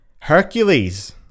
Hercules